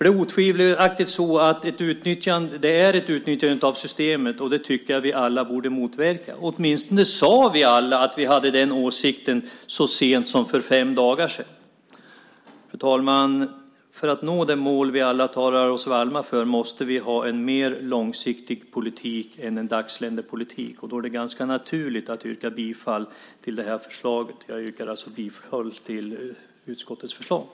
Det är ett utnyttjande av systemet. Det tycker jag att vi alla borde motverka. Vi sade åtminstone att vi hade den åsikten så sent som för fem dagar sedan. Herr talman! För att nå det mål vi alla talar oss varma för måste vi ha en mer långsiktig politik än en dagsländepolitik. Då är det ganska naturligt att yrka bifall till det här förslaget. Jag yrkar alltså bifall till utskottets förslag.